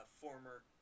former